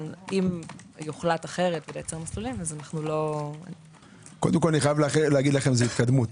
אבל אם יוחלט אחרת, לא- -- קודם כל, זו התקדמות.